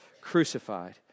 crucified